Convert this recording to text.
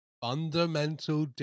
Fundamental